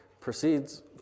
proceeds